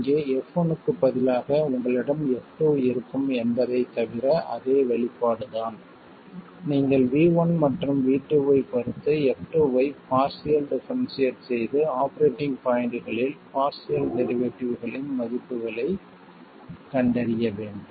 இங்கே f1 க்கு பதிலாக உங்களிடம் f2 இருக்கும் என்பதைத் தவிர அதே வெளிப்பாடுதான் நீங்கள் V1 மற்றும் V2 ஐப் பொறுத்து f2 ஐ பார்சியல் டிஃபரென்ஷியேட் செய்து ஆபரேட்டிங் பாய்ண்ட்களில் பார்சியல் டெரிவேட்டிவ்களின் மதிப்புகளைக் கண்டறிய வேண்டும்